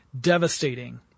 devastating